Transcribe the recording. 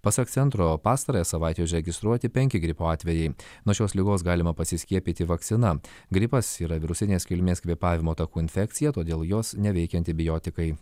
pasak centro pastarąją savaitę užregistruoti penki gripo atvejai nuo šios ligos galima pasiskiepyti vakcina gripas yra virusinės kilmės kvėpavimo takų infekcija todėl jos neveikia antibiotikai